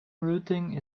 routing